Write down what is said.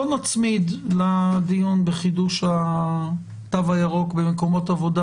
נצמיד לדיון בחידוש התו הירוק במקומות עבודה